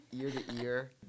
ear-to-ear